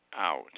out